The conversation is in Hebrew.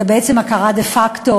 זה בעצם הכרה דה-פקטו,